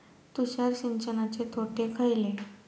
तुषार सिंचनाचे तोटे खयले?